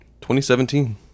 2017